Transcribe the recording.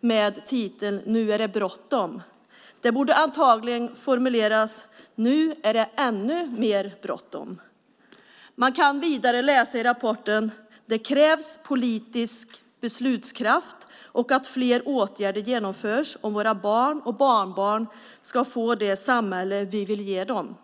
med titeln Nu är det bråttom lämnades. Den borde antagligen formuleras: Nu är det ännu mer bråttom. Vidare kan man läsa i rapporten att det krävs politisk beslutskraft och att fler åtgärder genomförs om våra barn och barnbarn ska få det samhälle vi vill ge dem.